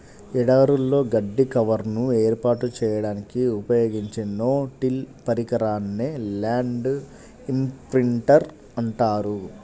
ఎడారులలో గడ్డి కవర్ను ఏర్పాటు చేయడానికి ఉపయోగించే నో టిల్ పరికరాన్నే ల్యాండ్ ఇంప్రింటర్ అంటారు